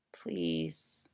please